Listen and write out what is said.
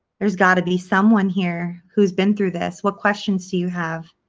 there's got to be someone here who's been through this. what questions do you have?